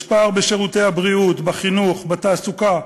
יש פער בשירותי הבריאות, בחינוך, בתעסוקה,